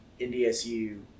NDSU